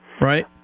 Right